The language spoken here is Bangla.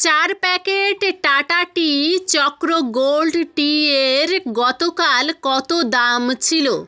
চার packet Tata tea Chakra gold টিয়ের গতকাল কতো দাম ছিলো